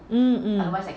mmhmm